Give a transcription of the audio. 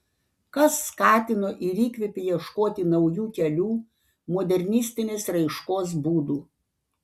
kas skatino ir įkvėpė ieškoti naujų kelių modernistinės raiškos būdų